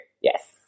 Yes